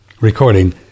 recording